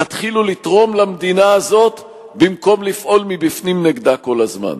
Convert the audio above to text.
תתחילו לתרום למדינה הזאת במקום לפעול מבפנים נגדה כל הזמן.